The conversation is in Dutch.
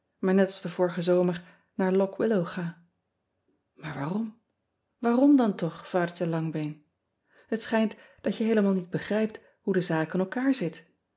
maar niet als den vorigen zomer naar ock illow ga aar waarom aarom dan toch adertje angbeen et schijnt dat je heelemaal niet begrijpt hoe de zaak in elkaar zit